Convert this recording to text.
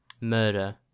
murder